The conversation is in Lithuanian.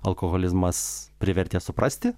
alkoholizmas privertė suprasti